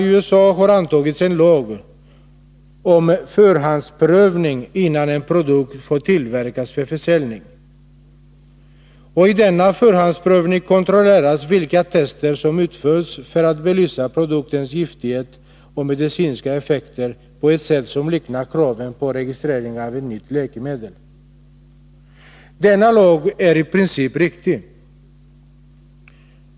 I USA har antagits en lag om förhandsprövning innan en produkt får tillverkas för försäljning. I denna förhandsprövning kontrolleras vilka tester som utförts för att belysa produktens giftighet och medicinska effekter på ett sätt som liknar förfarandet vid prövning för registrering av ett nytt läkemedel. Denna lag är i princip riktig.